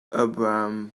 abraham